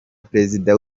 perezida